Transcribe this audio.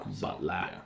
Butler